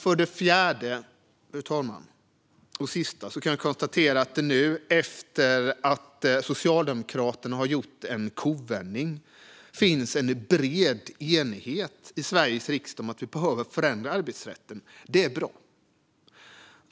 För det fjärde och sista kan jag konstatera att det nu, efter att Socialdemokraterna har gjort en kovändning, finns en bred enighet i Sveriges riksdag om att vi behöver förändra arbetsrätten. Det är bra.